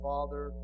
Father